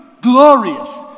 Glorious